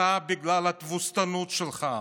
אתה, בגלל התבוסתנות שלך,